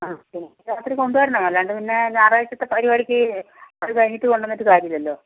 ആ രാത്രി കൊണ്ടുവരണം അല്ലാണ്ട് പിന്നെ ഞാറാഴ്ച്ചത്തെ പരിപാടിക്ക് അത് കഴിഞ്ഞിട്ട് കൊണ്ടുവന്നിട്ട് കാര്യമില്ലല്ലോ